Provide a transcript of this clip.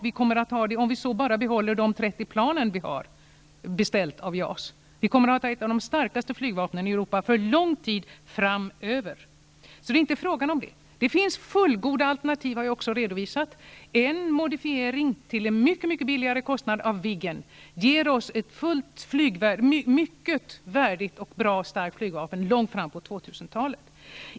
Vi kommer att ha det även om vi bara behåller de 30 plan som nu är beställda av JAS-modellen. Vi kommer att ha ett av de starkaste flygvapnen i Europa för lång tid framöver. Jag har redovisat fullgoda alternativ. En modifiering till en billigare kostnad av Viggen ger oss ett mycket värdigt, bra och starkt flygvapen långt fram på 2000-talet.